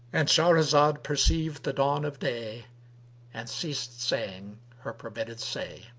and shahrazad perceived the dawn of day and ceased saying her permitted say.